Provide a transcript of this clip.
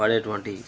పడేటువంటి